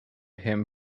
him